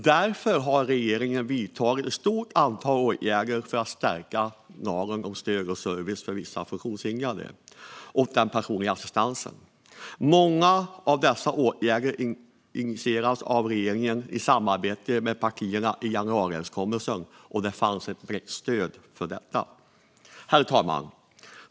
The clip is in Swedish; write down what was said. Därför har regeringen vidtagit ett stort antal åtgärder för att stärka lagen om stöd och service till vissa funktionshindrade och den personliga assistansen. Många av dessa åtgärder initierade regeringen i samarbete med partierna i januariöverenskommelsen, och det fanns ett brett stöd för detta. Herr talman!